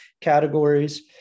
categories